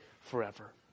forever